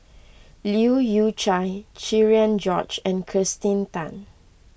Leu Yew Chye Cherian George and Kirsten Tan